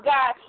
God